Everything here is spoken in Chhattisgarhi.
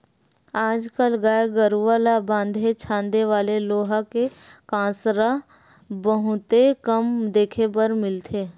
आज कल गाय गरूवा ल बांधे छांदे वाले लोहा के कांसरा बहुते कम देखे बर मिलथे